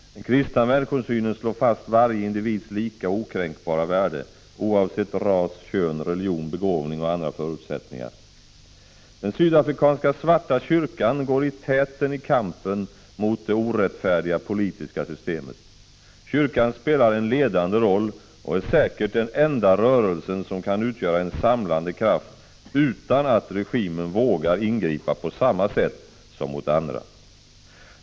Den kristna människosynen slår fast varje individs lika och okränkbara värde, oavsett ras, kön, religion, begåvning och andra förutsättningar. Den sydafrikanska svarta kyrkan går i täten i kampen mot det orättfärdiga 43 politiska systemet. Kyrkan spelar en ledande roll och är säkert den enda rörelsen som kan utgöra en samlande kraft utan att regimen vågar ingripa på samma sätt som mot andra.